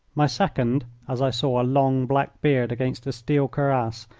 my second, as i saw a long black beard against a steel cuirass,